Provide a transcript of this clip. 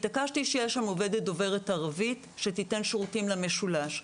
התעקשתי שתהיה שם עובדת דוברת ערבית שתיתן שירותים למשולש.